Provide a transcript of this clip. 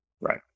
Right